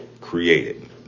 created